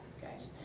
guys